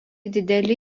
dideli